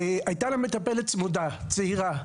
הייתה לה מטפלת צמודה, צעירה.